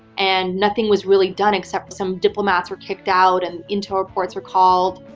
and nothing was really done except some diplomats were kicked out and intel reports were called.